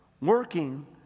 working